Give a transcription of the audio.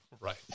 Right